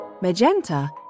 Magenta